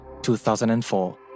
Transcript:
2004